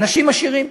אנשים עשירים.